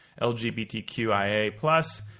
LGBTQIA+